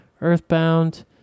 Earthbound